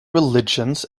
religions